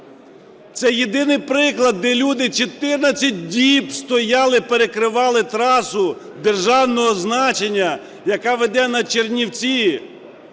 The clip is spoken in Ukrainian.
Це єдиний приклад, де люди 14 діб стояли перекривали трасу державного значення, яка веде на Чернівці,